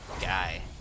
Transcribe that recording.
guy